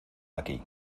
aquí